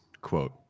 quote